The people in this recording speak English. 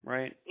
Right